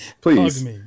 please